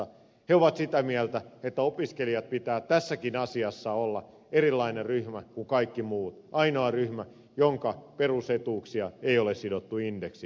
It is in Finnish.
he ovat sitä mieltä että opiskelijoiden pitää tässäkin asiassa olla erilainen ryhmä kuin kaikki muut ainoa ryhmä jonka perusetuuksia ei ole sidottu indeksiin